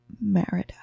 Merida